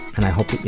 and i hope